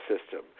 system